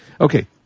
Okay